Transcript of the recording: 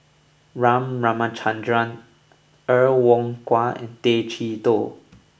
R Ramachandran Er Kwong Wah and Tay Chee Toh